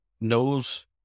knows